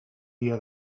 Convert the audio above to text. dia